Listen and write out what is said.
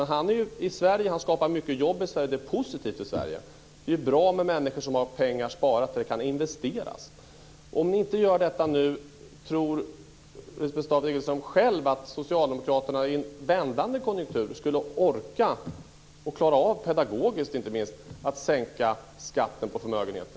Men han är ju i Sverige, och han skapar många jobb i Sverige, och det är positivt för Sverige. Det är bra med människor som har pengar sparade, eftersom dessa pengar kan investeras. Om vi inte gör detta nu, tror Lisbeth Staaf Igelström själv då att socialdemokraterna i en vändande konjunktur skulle orka och inte minst pedagogiskt klara av att sänka skatten på förmögenheter?